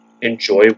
enjoy